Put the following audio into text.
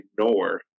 ignore